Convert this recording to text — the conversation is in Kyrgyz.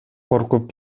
коркуп